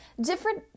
different